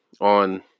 on